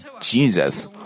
Jesus